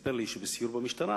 שסיפר לי שבסיור במשטרה